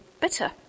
bitter